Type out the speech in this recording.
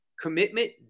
Commitment